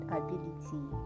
ability